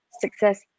success